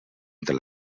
entre